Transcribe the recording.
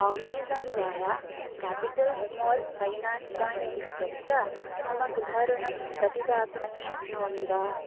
oxygen द्वारा capital small finance bank इत्यत्र मम गृहऋणं प्रतिदातुं शक्नोमि वा